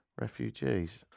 refugees